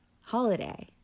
holiday